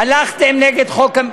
הלכתם נגד חוק,